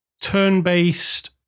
turn-based